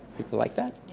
people like that?